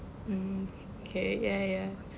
mm okay ya ya